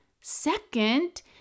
Second